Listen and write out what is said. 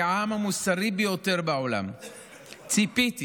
כעם המוסרי ביותר בעולם ציפיתי,